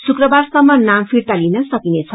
शुक्रबारसम्म नाम फिर्ता लिन सकिनेछ